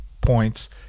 points